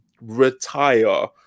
retire